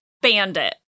Bandit